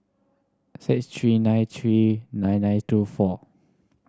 six three nine three nine nine two four